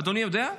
אדוני יודע?